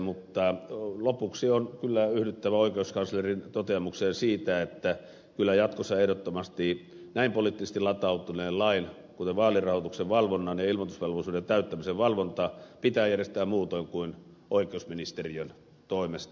mutta lopuksi on kyllä yhdyttävä oikeuskanslerin toteamukseen siitä että kyllä jatkossa ehdottomasti näin poliittisesti latautuneen lain kuten vaalirahoituksen valvonta ja ilmoitusvelvollisuuden täyttämisen valvonta pitää järjestää muutoin kuin oikeusministeriön toimesta